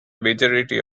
majority